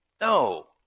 No